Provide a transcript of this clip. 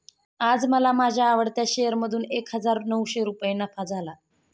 आज मला माझ्या आवडत्या शेअर मधून एक हजार नऊशे रुपये नफा झाला